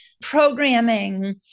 programming